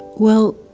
well,